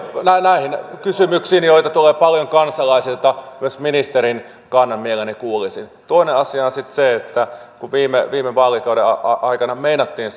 näihin kysymyksiin joita tulee paljon kansalaisilta myös ministerin kannan mielelläni kuulisin toinen asia on sitten se että kun viime viime vaalikauden aikana meinattiin